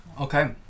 Okay